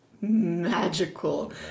magical